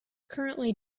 currently